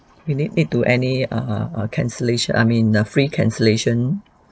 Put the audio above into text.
you need me to any uh cancellation I mean err free cancellation